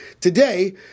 today